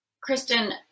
kristen